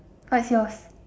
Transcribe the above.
what is yours